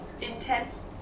intense